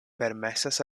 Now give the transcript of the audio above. permesas